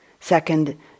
Second